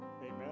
amen